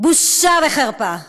בושה וחרפה.